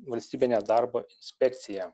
valstybinę darbo inspekciją